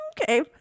okay